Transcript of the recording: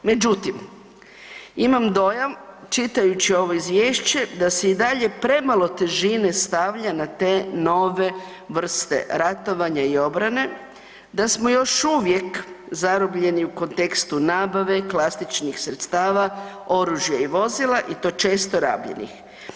Međutim, imam dojam, čitajući ovo Izvješće da se i dalje premalo težine stavlja na te nove vrste ratovanja i obrane, da smo još uvijek zarobljeni u kontekstu nabave, klasičnih sredstava, oružja i vozila i to često, rabljenih.